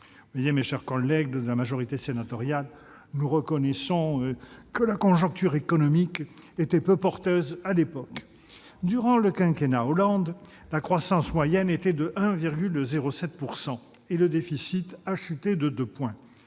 Chers collègues de la majorité sénatoriale, nous reconnaissons que la conjoncture économique était peu porteuse à l'époque ! Il est temps ! Durant le quinquennat Hollande, la croissance moyenne était de 1,07 % et le déficit a chuté de 2 points.